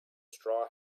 straw